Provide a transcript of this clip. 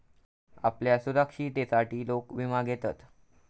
आपल्या सुरक्षिततेसाठी लोक विमा घेतत